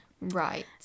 Right